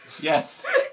Yes